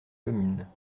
communes